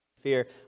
fear